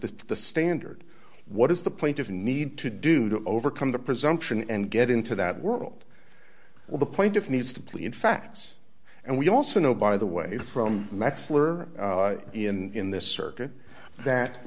the the standard what is the point of a need to do to overcome the presumption and get into that world well the plaintiff needs to plea in facts and we also know by the way from metzler in in this circuit that